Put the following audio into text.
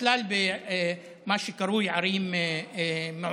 בכלל במה שקרוי "ערים מעורבות".